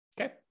Okay